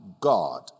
God